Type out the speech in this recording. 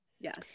Yes